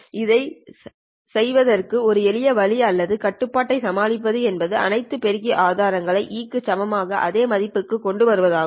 இதைச் செய்வதற்கான ஒரு எளிய வழி அல்லது கட்டுப்பாட்டை சமாளிப்பது என்பது அனைத்து பெருக்கி ஆதாயங்கள் eαNLa இன் சமமான அதே மதிப்புக்கு கொண்டு வருவதாகும்